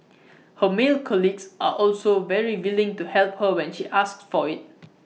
her male colleagues are also very willing to help her when she asks for IT